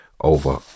over